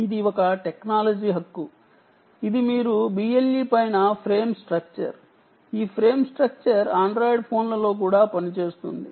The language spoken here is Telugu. ఈ frame structure BLE frame structure పైన ఉంటుంది ఈ ఫ్రేమ్ స్ట్రక్చర్ ఆండ్రాయిడ్ ఫోన్లలో కూడా పనిచేస్తుంది